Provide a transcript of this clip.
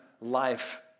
life